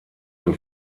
für